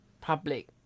public